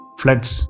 floods